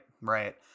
right